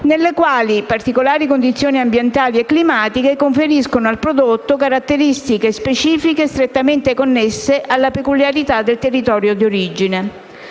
nelle quali particolari condizioni ambientali e climatiche conferiscono al prodotto caratteristiche specifiche strettamente connesse alla peculiarità del territorio di origine.